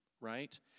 right